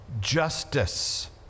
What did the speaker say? justice